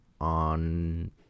on